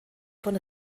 von